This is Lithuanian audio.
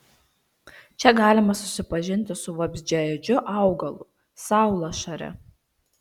čia galima susipažinti su vabzdžiaėdžiu augalu saulašare